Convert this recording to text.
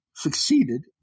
succeeded